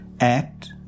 act